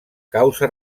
causa